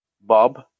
Bob